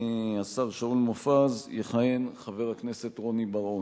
השר שאול מופז, יכהן חבר הכנסת רוני בר-און.